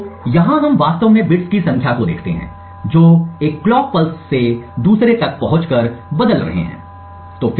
तो यहां हम वास्तव में बिट्स की संख्या को देखते हैं जो एक क्लॉक पल्स से दूसरे तक पहुंच कर बदल रहे हैं हैं